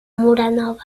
muranowa